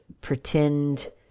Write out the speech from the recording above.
pretend